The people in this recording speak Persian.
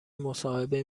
مصاحبه